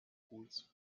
kurz